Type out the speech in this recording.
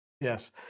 Yes